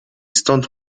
stąd